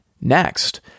next